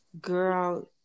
girl